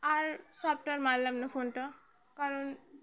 আর software মারলাম না ফোনটা কারণ